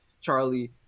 charlie